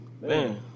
man